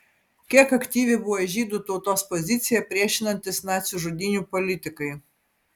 kiek aktyvi buvo žydų tautos pozicija priešinantis nacių žudynių politikai